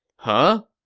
huh?